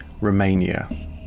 Romania